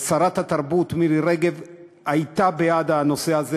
שרת התרבות מירי רגב הייתה בעד הנושא הזה.